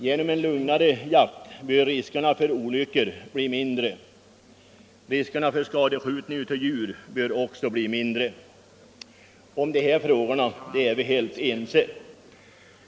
Genom en lugnare jakt bör riskerna för olyckor bli mindre liksom riskerna för skadeskjutning av djur. Om dessa frågor är vi helt överens.